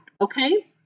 okay